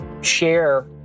share